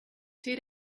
two